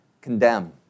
condemn